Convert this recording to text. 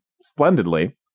splendidly